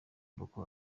boko